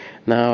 Now